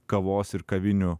kavos ir kavinių